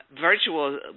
virtual